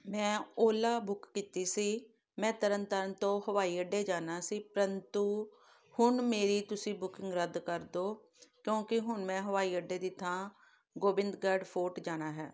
ਮੈਂ Ola book ਕੀਤੀ ਸੀ ਮੈਂ ਤਰਨ ਤਾਰਨ ਤੋਂ ਹਵਾਈ ਅੱਡੇ ਜਾਣਾ ਸੀ ਪ੍ਰੰਤੂ ਹੁਣ ਮੇਰੀ ਤੁਸੀਂ ਬੁਕਿੰਗ ਰੱਦ ਕਰ ਦਿਓ ਕਿਉਂਕਿ ਹੁਣ ਮੈਂ ਹਵਾਈ ਅੱਡੇ ਦੀ ਥਾਂ ਗੋਬਿੰਦਗੜ੍ਹ ਫੋਟ ਜਾਣਾ ਹੈ